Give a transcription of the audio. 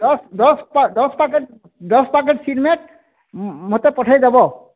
ଦଶ୍ ଦଶ୍ ଦଶ୍ ଦଶ୍ ପ୍ୟାକେଟ୍ ଦଶ୍ ପ୍ୟାକେଟ୍ ସିମେଣ୍ଟ ମୋତେ ପଠେଇ ଦେବ